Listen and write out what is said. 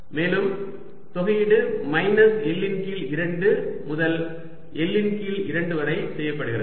மேலும் தொகையீடு minus L இன் கீழ் 2 முதல் L இன் கீழ் 2 வரை செய்யப்படுகிறது